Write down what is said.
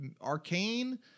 arcane